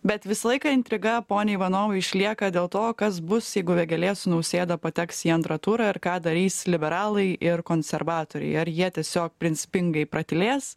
bet visą laiką intriga pone ivanovai išlieka dėl to kas bus jeigu vėgėlė su nausėda pateks į antrą turą ir ką darys liberalai ir konservatoriai ar jie tiesiog principingai pratylės